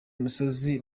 musozi